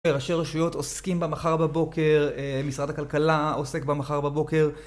ראשי רשויות עוסקים בה מחר בבוקר, משרד הכלכלה עוסק בה מחר בבוקר